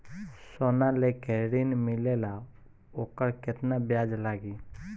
सोना लेके ऋण मिलेला वोकर केतना ब्याज लागी?